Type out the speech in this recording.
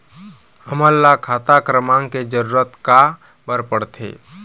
हमन ला खाता क्रमांक के जरूरत का बर पड़थे?